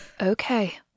Okay